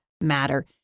matter